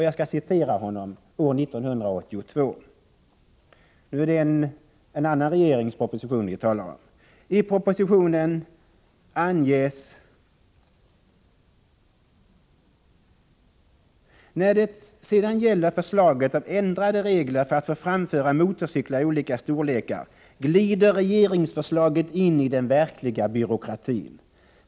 Jag skall citera vad han sade år 1982 — det är då en annan regerings proposition han talar om: ”När det sedan gäller förslaget om ändrade regler för att få framföra motorcyklar i olika storlekar glider regeringsförslaget in i den verkliga byråkratin.